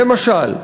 למשל,